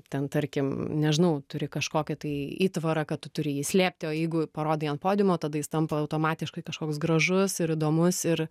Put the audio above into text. ten tarkim nežinau turi kažkokį tai įtvarą kad tu turi jį slėpti o jeigu parodai ant podiumo tada jis tampa automatiškai kažkoks gražus ir įdomus ir